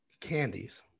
candies